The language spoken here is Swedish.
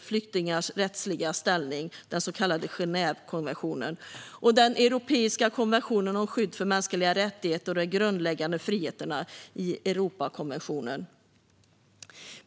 flyktingars rättsliga ställning, den så kallade Genèvekonventionen, och den europeiska konventionen om skydd för de mänskliga rättigheterna och de grundläggande friheterna, Europakonventionen.